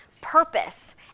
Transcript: purpose